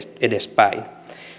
edespäin